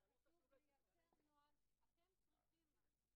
לקדם תהליך אישור כאמור." צריך לקצץ את כל ה"כאמור" האלה.